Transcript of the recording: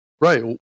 Right